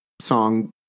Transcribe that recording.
song